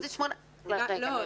לא,